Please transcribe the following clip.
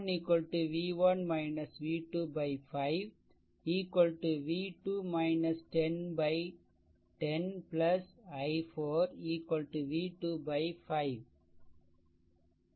i1 v1 v2 5 v2 10 10 i4 v2 5